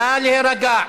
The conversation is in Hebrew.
נא להירגע.